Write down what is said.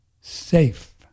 safe